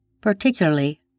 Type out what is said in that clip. particularly